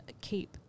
keep